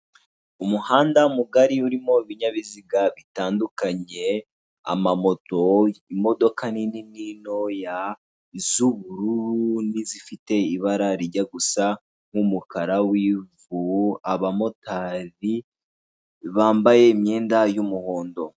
Umuhanda mugari urimo ibinyabiziga bitandukanye amamoto, imodoka nini n'intoya, iz'ubururu n'izifite ibara rijya gusa n'umukara w'ivu, abamotari bambaye imyenda y'umuhondo.